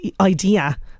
idea